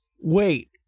wait